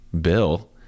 Bill